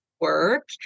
work